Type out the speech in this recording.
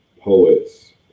poets